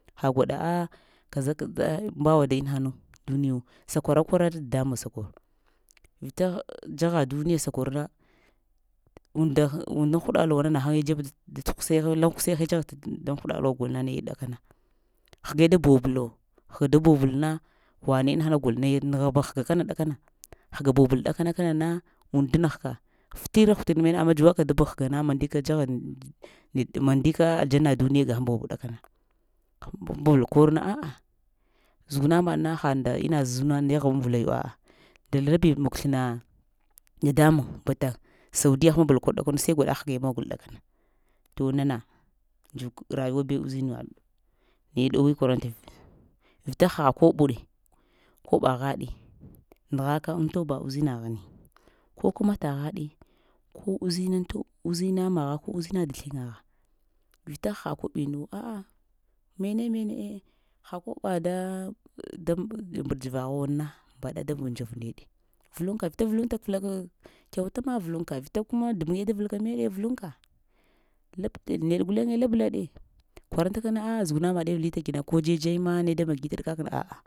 Ha gwada kaza- kaza mbawa da inahana dunyo sakwarakwara damuwa sakoro vita dzagha duniya sakur na undan hɗaluwa nana na ghange dzhe dan kusheghe lan kushegle dzagha dan hɗa luwa gol na naye kɗakana həgə da boblo haga da bobalana wane inahana gol naye naghah həga bakana ɗa kana həga bobal ɗakanana und tanahka ftira həta damiya amma dzwaka pəhg həga na dzaghenaɗe a madika aldzanna duniya bobkɗakana həmbal kurkɗakana aah zugna maɗna ha nda ina zun yaghu vlayo aah drabli mun slana da damban bata saudya həmbal kur ɗakanu sai gwada hegə mogal ɗakana too nana ndzuk raywabew uzinaɗo naye ɗowee kwaranta v-vita ha kiɓoɗ koɓa ghaɗe nəghaka an toba uzina ghini ko kəmata ghaɗe ko uzinan uzina magha, ko uzina daslanga gha vita ha koɓinu wo aah məne eah ha koɓa da mbɗad dzvaghuwo mbɗa da mbɗa dzv nɗə ɗə vhinka vita vlunta vlaka kəwta ma vlunka vita kunna dumung da valka məɗə vlunkaha nəɗe guley kwaranta kana aah zugna maɗe vlita gina ko dze dzai ma ne da magita kak na aa.